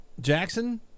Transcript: Jackson